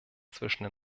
zwischen